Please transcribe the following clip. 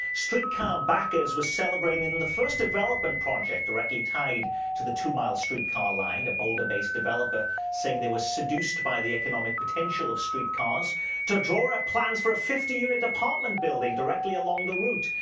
streetcar backers were celebrating and and the first development project directly tied to the two-mile streetcar line, a boulder based developer saying they were seduced by the economic potential of streetcars to draw up plans for a fifty unit apartment building directly along the route.